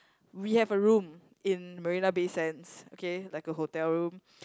we have a room in Marina-Bay Sands okay like a hotel room